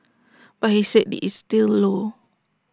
but he said this is still low